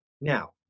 Now